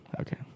okay